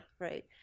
right